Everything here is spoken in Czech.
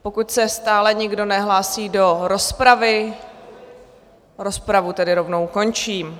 Pokud se stále nikdo nehlásí do rozpravy, rozpravu tedy rovnou končím.